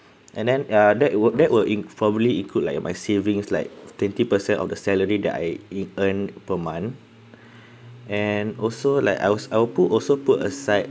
and then uh that will that will inc~ probably include like my savings like twenty percent of the salary that I e~ earned per month and also like I was I will put also put aside